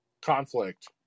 conflict